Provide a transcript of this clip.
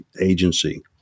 Agency